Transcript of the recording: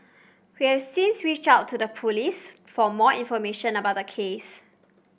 we've since reached out to the police for more information about the case